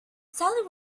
sally